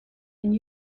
and